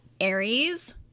Aries